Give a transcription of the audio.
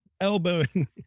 elbowing